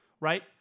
right